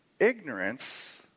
ignorance